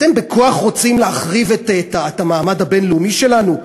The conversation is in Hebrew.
אתם בכוח רוצים להחריב את המעמד הבין-לאומי שלנו?